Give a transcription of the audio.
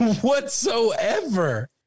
whatsoever